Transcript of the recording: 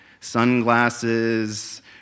Sunglasses